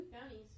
bounties